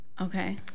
okay